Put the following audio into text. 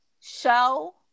show